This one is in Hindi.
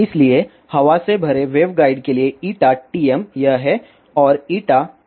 इसलिए हवा से भरे वेवगाइड के लिए TM यह है और TEयह है